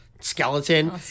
skeleton